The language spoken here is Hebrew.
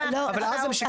המציאות.